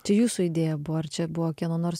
čia jūsų idėja buvo ar čia buvo kieno nors